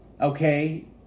Okay